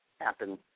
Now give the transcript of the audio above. happen